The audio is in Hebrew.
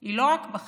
היא לא רק בחקיקה,